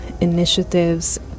initiatives